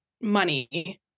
money